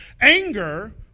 Anger